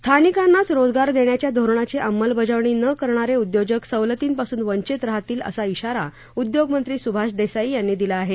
स्थानिकांनाच रोजगार देण्याच्या धोरणाची अंमलबजावणी न करणारे उद्योजक सवलतींपासून वंचित राहतील असा शिरा उद्योगमंत्री सुभाष देसाई यांनी दिला आहे